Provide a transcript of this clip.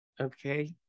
okay